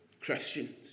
Christians